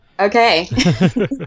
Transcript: Okay